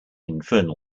infernal